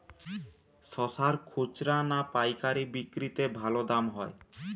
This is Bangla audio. শশার খুচরা না পায়কারী বিক্রি তে দাম ভালো হয়?